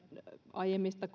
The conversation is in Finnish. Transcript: aiemmista